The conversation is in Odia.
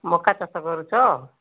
ମକା ଚାଷ କରୁଛ